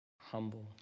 humble